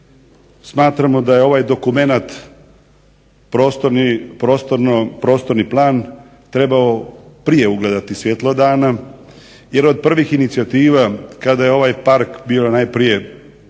smatramo da je ovaj dokument, prostorni plan trebao prije ugledati svjetlo dana, jer od prvih inicijativa kada je ovaj park bila najprije park